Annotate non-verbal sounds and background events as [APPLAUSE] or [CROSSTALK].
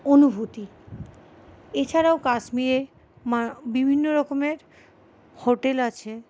অনুভূতি এছাড়াও কাশ্মীরে [UNINTELLIGIBLE] বিভিন্ন রকমের হোটেল আছে